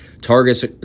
Targets